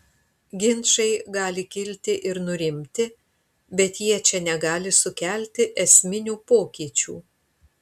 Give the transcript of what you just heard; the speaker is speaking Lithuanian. ginčai gali kilti ir nurimti bet jie čia negali sukelti esminių pokyčių